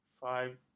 five